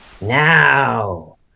Now